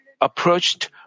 approached